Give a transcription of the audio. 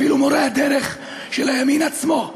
אפילו מורה הדרך של הימין עצמו,